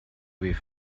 with